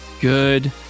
Good